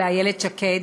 איילת שקד.